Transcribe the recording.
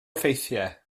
effeithiau